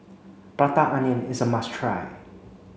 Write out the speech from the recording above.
prata onion is a must try